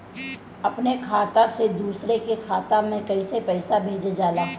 अपने खाता से दूसरे के खाता में कईसे पैसा भेजल जाला?